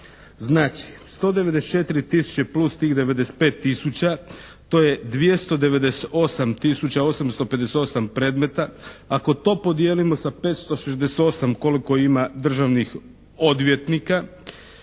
Znači, 194 tisuće plus tih 95 tisuća, to je 298 tisuća 858 predmeta. Ako to podijelimo sa 568 koliko ima državnih odvjetnika